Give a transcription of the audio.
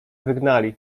wygnali